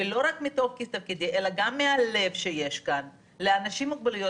ולא רק מתוקף תפקידי אלא גם מהלב שיש כאן לאנשים עם מוגבלויות,